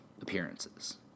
appearances